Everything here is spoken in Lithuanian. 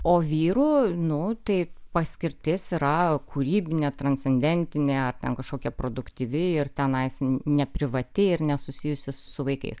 o vyrų nu tai paskirtis yra kūrybinė transcendentinė ar ten kažkokia produktyvi ir tenais neprivati ir nesusijusi su vaikais